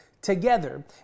together